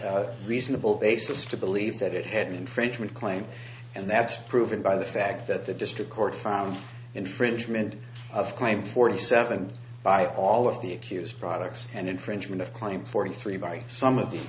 a reasonable basis to believe that it had an infringement claim and that's proven by the fact that the district court found infringement of claim forty seven by all of the accused products and infringement of claim forty three by some of the